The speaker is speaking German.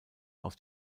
aus